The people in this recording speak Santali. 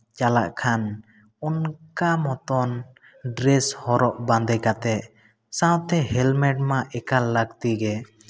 ᱪᱟᱞᱟᱜ ᱠᱷᱟᱱ ᱚᱱᱠᱟ ᱢᱚᱛᱚ ᱰᱨᱮᱥ ᱦᱚᱨᱚᱜ ᱵᱟᱸᱫᱮ ᱠᱟᱛᱮᱫ ᱥᱟᱶᱛᱮ ᱦᱮᱞᱢᱮᱴ ᱢᱟ ᱮᱠᱟᱞ ᱞᱟᱹᱠᱛᱤ ᱜᱮ